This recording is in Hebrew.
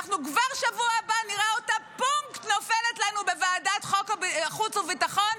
אנחנו כבר בשבוע הבא נראה אותה פונקט נופלת לנו בוועדת החוץ והביטחון.